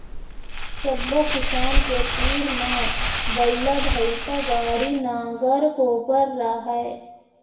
सब्बो किसान के तीर म बइला, भइसा, गाड़ी, नांगर, कोपर राहय